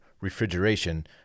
refrigeration